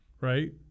right